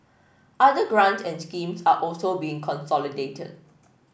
other grants and schemes are also being consolidated